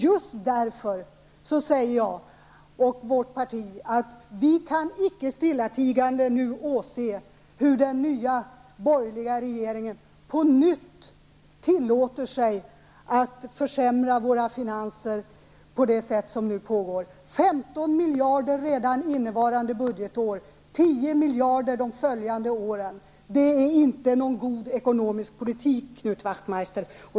Just därför säger jag och vårt parti att vi nu icke stillatigande kan åse hur den nya borgerliga regeringen på nytt tillåter sig att försämra våra finanser på det sätt som nu pågår. Det är fråga om 15 miljarder redan under innevarande budgetår och 10 miljarder under de kommande åren. Det är ingen god ekonomisk politik, Knut Wachtmeister.